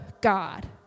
God